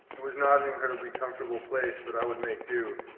it was not an incredibly comfortable place, but i would make do.